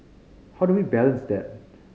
how do we balance that